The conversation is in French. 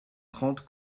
trente